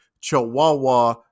chihuahua